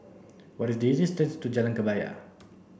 what is the distance to Jalan Kebaya